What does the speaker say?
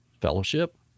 fellowship